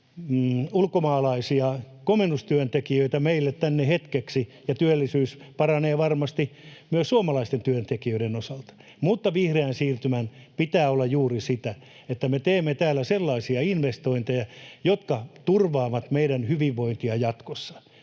ulkomaalaisia komennustyöntekijöitä meille tänne hetkeksi ja työllisyys paranee varmasti myös suomalaisten työntekijöiden osalta, mutta vihreän siirtymän pitää olla juuri sitä, että me teemme täällä sellaisia investointeja, jotka turvaavat meidän hyvinvointia jatkossa: